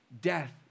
death